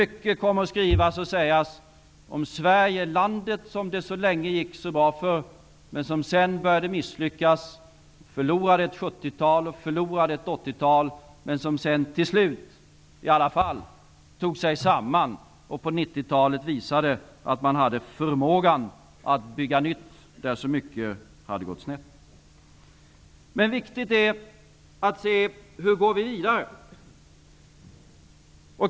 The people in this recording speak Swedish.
Mycket kommer att skrivas och sägas om Sverige, landet som det så länge gick så bra för men som sedan började misslyckas, som förlorade ett 70-tal, förlorade ett 80-tal, men som sedan till slut i alla fall tog sig samman och på 90-talet visade att man hade förmågan att bygga nytt där så mycket hade gått snett. Det är emellertid viktigt att se hur vi skall gå vidare.